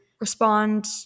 respond